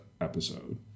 episode